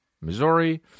Missouri